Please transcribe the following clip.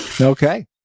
Okay